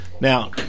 Now